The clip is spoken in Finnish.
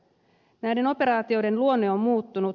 näiden operaatioiden luonne on muuttunut